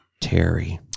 Terry